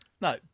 No